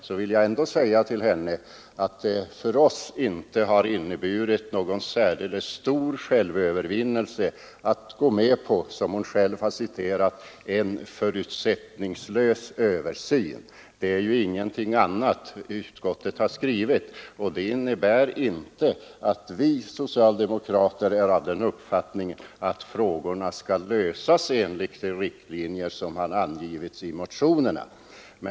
Jag vill då säga att det för oss inte har inneburit någon särdeles stor självövervinnelse att gå med på ”en förutsättningslös översyn”, som fröken Pehrsson själv angivit att det är fråga om — någonting annat har inte utskottet skrivit. Detta innebär inte att vi socialdemokrater är av den uppfattningen att frågorna skall lösas enligt de riktlinjer som har angivits i motionerna.